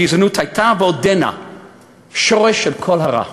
הגזענות הייתה ועודנה שורש של כל הרע.